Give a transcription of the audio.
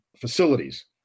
facilities